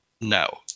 no